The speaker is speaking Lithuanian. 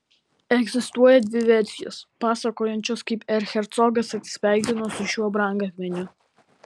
egzistuoja dvi versijos pasakojančios kaip erchercogas atsisveikino su šiuo brangakmeniu